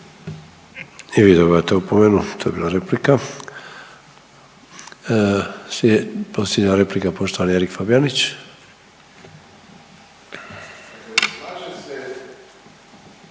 I vi dobivate opomenu, to je bila replika. Posljednja replika poštovani Erik Fabijanić. **Fabijanić,